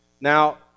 Now